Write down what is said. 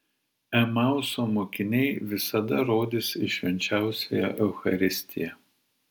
emauso mokiniai visada rodys į švenčiausiąją eucharistiją